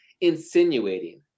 insinuating